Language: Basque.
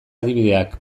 adibideak